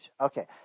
Okay